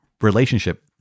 relationship